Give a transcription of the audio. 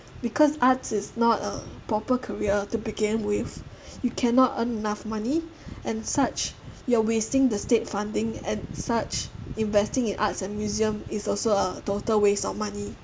because arts is not a proper career to begin with you cannot earn enough money and such you're wasting the state funding and such investing in arts and museum is also a total waste of money